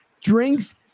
drinks